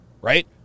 Right